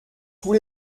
tous